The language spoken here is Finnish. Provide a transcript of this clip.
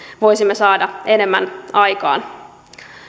voisimme saada enemmän aikaan